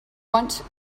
want